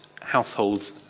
households